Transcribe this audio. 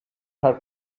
her